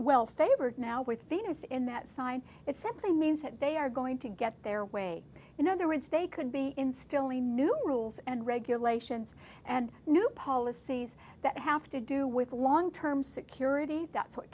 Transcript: well favored now with venus in that sign it simply means that they are going to get their way in other words they could be instilling new rules and regulations and new policies that have to do with long term security that